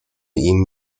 ihnen